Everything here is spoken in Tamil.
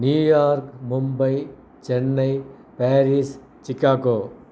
New York Mumbai Chennai Paris Chicago